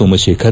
Somashekar